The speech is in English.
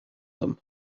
them